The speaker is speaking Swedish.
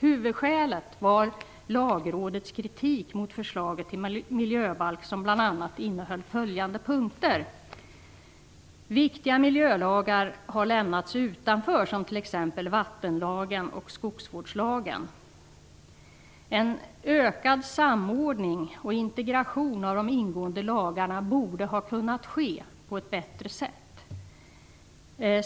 Huvudskälet var Lagrådets kritik mot förslaget till miljöbalk, som bl.a. innehöll följande punkter: Viktiga miljölagar har lämnats utanför, som t.ex. vattenlagen och skogsvårdslagen. En ökad samordning och integration av de ingående lagarna borde ha kunnat ske på ett bättre sätt.